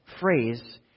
phrase